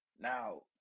Now